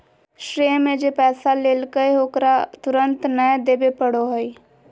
श्रेय में जे पैसा लेलकय ओकरा तुरंत नय देबे पड़ो हइ